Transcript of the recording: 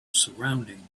surrounding